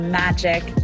magic